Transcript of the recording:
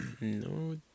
No